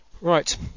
Right